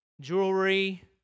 jewelry